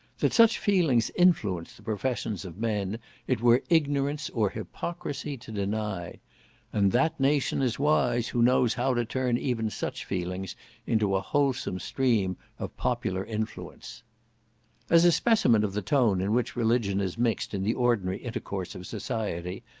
that such feelings influence the professions of men it were ignorance or hypocrisy to deny and that nation is wise who knows how to turn even such feelings into a wholesome stream of popular influence as a specimen of the tone in which religion is mixed in the ordinary intercourse of society,